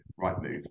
Rightmove